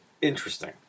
interesting